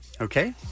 Okay